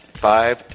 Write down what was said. five